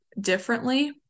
differently